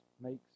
makes